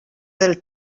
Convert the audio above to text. del